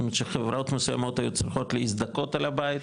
שחברות מסוימות היו צריכות להזדכות על הבית,